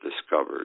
discovered